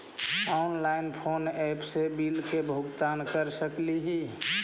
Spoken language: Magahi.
ऑनलाइन कोन एप से बिल के भुगतान कर सकली ही?